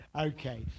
Okay